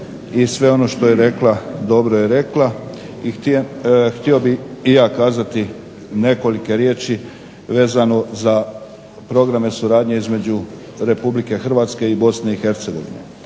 i sve ono što je rekla dobro je rekla i htio bih i ja kazati nekoliko riječi vezano za programe suradnje između Republike Hrvatske i Bosne i Hercegovine.